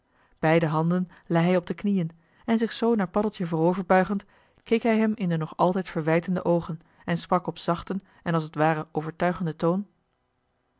beide handen lei hij op de knieën en zich zoo naar paddeltje voorover buigend keek hij hem in de nog altijd verwijtende oogen en sprak op zachten en als t ware overtuigenden toon